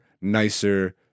nicer